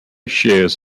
shares